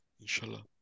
inshallah